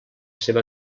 seva